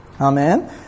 Amen